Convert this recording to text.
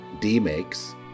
D-Makes